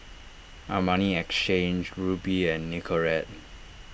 Armani Exchange Rubi and Nicorette